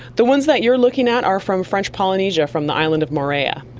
the ones that you're looking at are from french polynesia, from the island of moorea. yeah